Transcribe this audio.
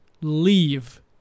Leave